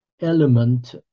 element